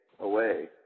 away